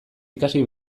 ikasi